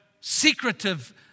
secretive